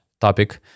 topic